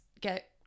get